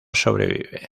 sobrevive